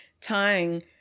tying